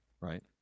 right